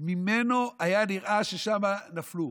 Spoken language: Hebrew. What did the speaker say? ממנו היה נראה ששם נפלו.